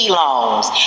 loans